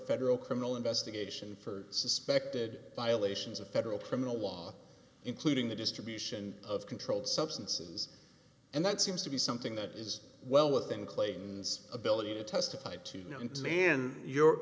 federal criminal investigation for suspected violations of federal criminal law including the distribution of controlled substances and that seems to be something that is well within clayton's ability to testify to known to man you